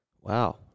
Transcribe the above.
Wow